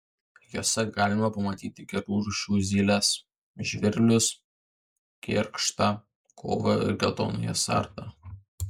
jose galima pamatyti kelių rūšių zyles žvirblius kėkštą kovą ir geltonąją sartą